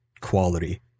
quality